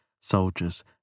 soldiers